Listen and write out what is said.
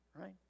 right